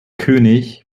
könig